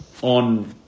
On